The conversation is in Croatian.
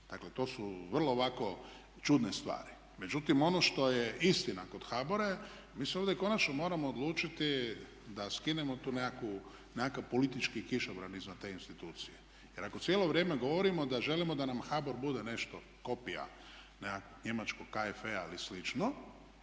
Dakle to su vrlo ovako čudne stvari. Međutim, ono što je istina kod HBOR-a je mi se ovdje konačno moramo odlučiti da skinemo taj nekakav politički kišobran iznad te institucije. Jer ako cijelo vrijeme govorio da želimo da nam HBOR bude nešto kopija nekakvog njemačkog … ili slično